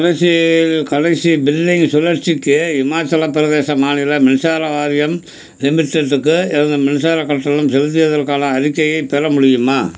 கடைசி ஏழு கடைசி பில்லிங் சுழற்சிக்கு இமாச்சலப்பிரதேச மாநில மின்சார வாரியம் லிமிடெட்டுக்கு எனது மின்சாரக் கட்டணம் செலுத்தியதற்கான அறிக்கையை பெற முடியுமா